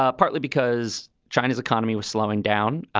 ah partly because china's economy was slowing down,